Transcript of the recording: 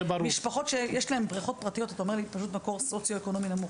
משפחות שיש להן בריכות פרטיות הן לא מרקע סוציו-אקונומי נמוך.